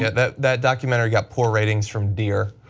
yeah that that documentary got poor ratings from deer.